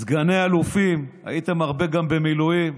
סגני אלופים, הייתם הרבה גם במילואים.